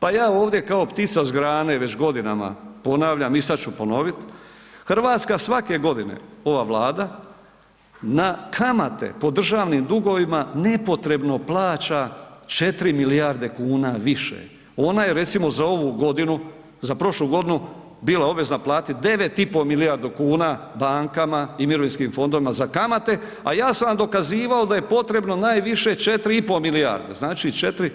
Pa ja ovdje kao ptica sa grane već godinama ponavljam i sad ću ponovit, Hrvatska svake godine, ova Vlada, na kamate po državnim dugovima nepotrebno plaća 4 milijarde kuna više, ona je recimo za ovu godinu, za prošlu godinu bila obvezna platiti 9,5 milijardu kuna bankama i mirovinskim fondovima za kamate a ja sam dokazivao da je potrebno najviše 4,5 milijarde, znači 4,